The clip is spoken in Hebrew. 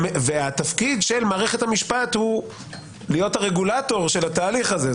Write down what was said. והתפקיד של מערכת המשפט הוא להיות הרגולטור של התהליך הזה.